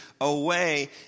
away